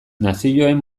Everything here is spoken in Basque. nazioen